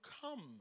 come